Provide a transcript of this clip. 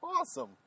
awesome